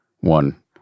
one